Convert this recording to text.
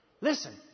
Listen